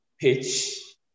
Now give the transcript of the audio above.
pitch